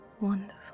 wonderful